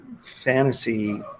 fantasy